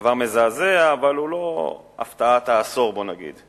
דבר מזעזע, אבל הוא לא הפתעת העשור, בוא נגיד.